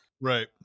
right